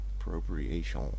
Appropriation